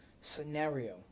scenario